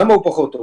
למה הוא פחות טוב?